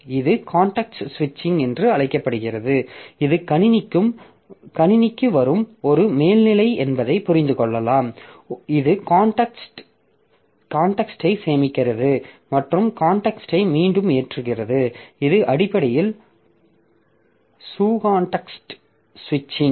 இது காண்டெக்ஸ்ட் சுவிட்ச்ங் என்று அழைக்கப்படுகிறது இது கணினிக்கு வரும் ஒரு மேல்நிலை என்பதை புரிந்து கொள்ளலாம் இது காண்டெக்ஸ்ட்ஐ சேமிக்கிறது மற்றும் காண்டெக்ஸ்ட்ஐ மீண்டும் ஏற்றுகிறது இது அடிப்படையில் சூகாண்டெக்ஸ்ட் சுவிட்ச்ங்